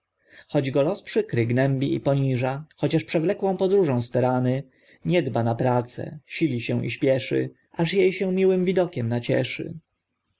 choć go los przykry gnębi i poniża chociaż przewlekłą podróżą stargany nie dba na prace sili się i śpieszy aż jej się miłym widokiem nacieszy